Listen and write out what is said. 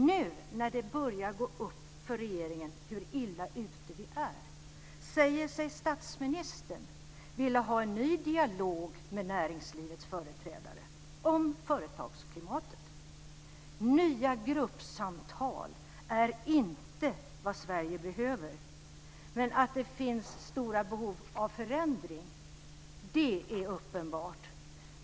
Nu när det börjar gå upp för regeringen hur illa ute vi är säger sig statsministern vilja ha en ny dialog med näringslivets företrädare om företagsklimatet. Nya gruppsamtal är inte vad Sverige behöver, men att det finns stora behov av förändring är uppenbart.